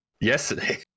yesterday